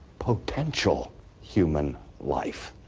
potential human life.